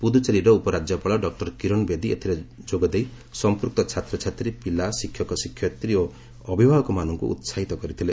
ପୁଦୁଚେରୀର ଉପରାଜ୍ୟପାଳ ଡକ୍ଲର କୀରଣ ବେଦୀ ଏଥିରେ ଯୋଗ ଦେଇ ସଂପୂକ୍ତ ଛାତ୍ରଛାତ୍ରୀ ପିଲା ଶିକ୍ଷକ ଶିକ୍ଷୟିତ୍ୱୀ ଓ ଅଭିଭାବକମାନଙ୍କୁ ଉସାହିତ କରିଥିଲେ